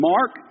Mark